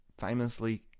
famously